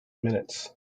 minutes